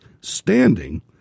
standing